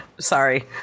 sorry